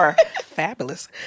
Fabulous